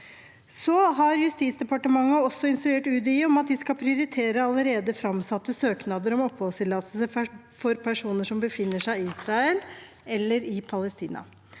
Justisdepartementet har også instruert UDI om at de skal prioritere allerede framsatte søknader om oppholdstillatelse for personer som befinner seg i Israel eller i Palestina.